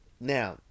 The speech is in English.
Now